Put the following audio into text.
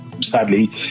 sadly